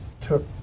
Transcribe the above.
took